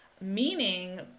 meaning